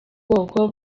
bwoko